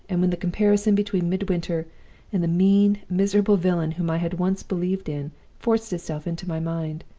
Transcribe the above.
and when the comparison between midwinter and the mean, miserable villain whom i had once believed in forced itself into my mind,